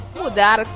mudar